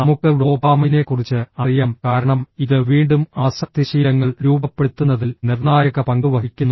നമുക്ക് ഡോപാമൈനെക്കുറിച്ച് അറിയാം കാരണം ഇത് വീണ്ടും ആസക്തി ശീലങ്ങൾ രൂപപ്പെടുത്തുന്നതിൽ നിർണായക പങ്ക് വഹിക്കുന്നു